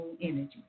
energy